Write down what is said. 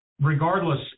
regardless